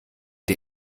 der